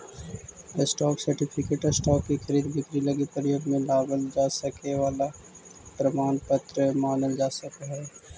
stock certificate stock के खरीद बिक्री लगी प्रयोग में लावल जा सके वाला प्रमाण पत्र मानल जा सकऽ हइ